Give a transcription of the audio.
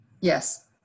Yes